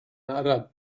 arab